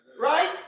right